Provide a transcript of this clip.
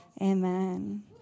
Amen